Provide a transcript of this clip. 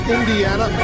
Indiana